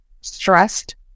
stressed